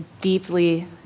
deeply